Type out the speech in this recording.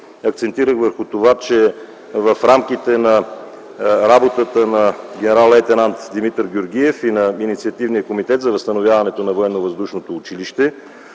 акцентирах върху това, че в рамките на работата на генерал-лейтенант Димитър Георгиев и на Инициативния комитет за възстановяване на